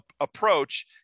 approach